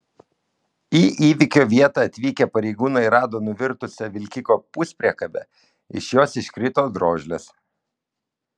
į įvykio vietą atvykę pareigūnai rado nuvirtusią vilkiko puspriekabę iš jos iškrito drožlės